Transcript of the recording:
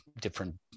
different